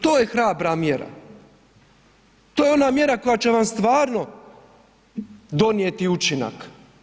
To je hrabra mjera, to je ona mjera koja će vam stvarno donijeti učinak.